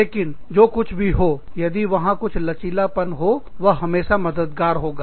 लेकिन जो कुछ भी हो यदि वहां कुछ लचीलापन हो वह हमेशा मददगार होगा